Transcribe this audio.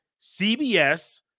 CBS